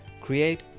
create